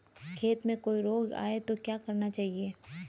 खेत में कोई रोग आये तो क्या करना चाहिए?